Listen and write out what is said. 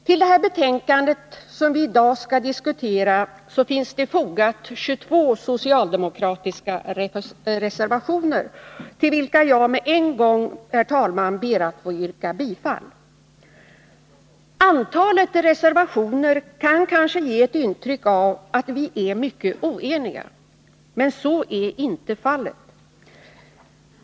Till det betänkande vi i dag diskuterar finns 22 socialdemokratiska reservationer fogade, till vilka jag med en gång ber att få yrka bifall, herr talman. Antalet reservationer kan kanske ge ett intryck av att vi är mycket oeniga, men så är inte fallet.